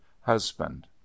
husband